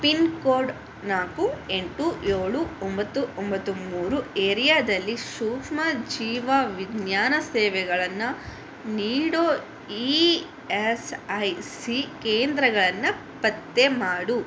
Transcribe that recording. pin code ನಾಲ್ಕು ಎಂಟು ಏಳು ಒಂಬತ್ತು ಒಂಬತ್ತು ಮೂರು ಏರಿಯಾದಲ್ಲಿ ಸೂಕ್ಷ್ಮಜೀವವಿಜ್ಞಾನ ಸೇವೆಗಳನ್ನು ನೀಡೋ ಇ ಎಸ್ ಐ ಸಿ ಕೇಂದ್ರಗಳನ್ನು ಪತ್ತೆ ಮಾಡು